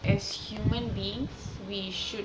as human beings we should